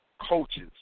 coaches